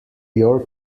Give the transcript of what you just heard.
your